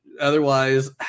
otherwise